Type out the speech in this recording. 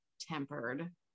tempered